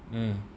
ya